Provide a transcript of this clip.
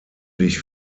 dich